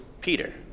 Peter